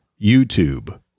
YouTube